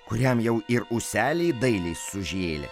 kuriam jau ir ūseliai dailiai sužėlę